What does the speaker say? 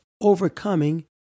overcoming